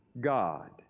God